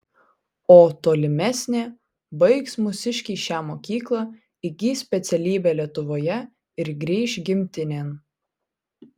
o tolimesnė baigs mūsiškiai šią mokyklą įgis specialybę lietuvoje ir grįš gimtinėn